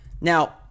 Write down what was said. Now